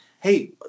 Hey